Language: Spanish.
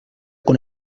con